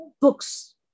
books